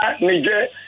Niger